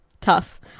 tough